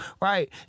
right